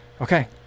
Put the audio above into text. okay